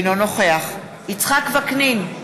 אינו נוכח יצחק וקנין,